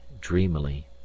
dreamily